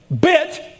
bit